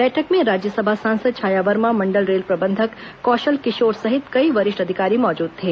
बैठक में राज्यसभा सांसद छाया वर्मा मंडल रेल प्रबंधक कौशल किशोर सहित कई वरिष्ठ अधिकारी मौजूद थे